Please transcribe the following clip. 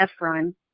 Efron